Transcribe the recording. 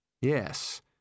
Yes